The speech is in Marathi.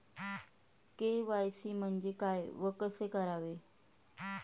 के.वाय.सी म्हणजे काय व कसे करावे?